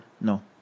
no